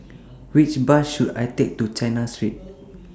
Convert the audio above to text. Which Bus should I Take to China Street